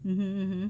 mm mm